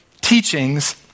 teachings